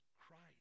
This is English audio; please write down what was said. Christ